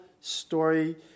story